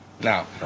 Now